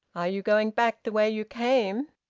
are you going back the way you came?